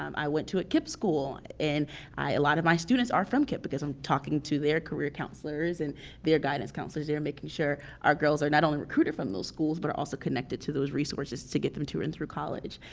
um i went to a kipp school, and a lot of my students are from kipp, because i'm talking to their career counselors and their guidance counselors there making sure our girls are not only recruited from those schools but are also connected to those resources to get them to and through college.